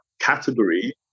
category